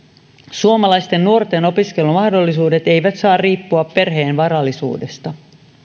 suomalaisten nuorten opiskelumahdollisuudet eivät saa riippua perheen varallisuudesta